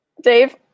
Dave